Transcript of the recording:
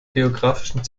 geographischen